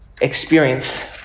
experience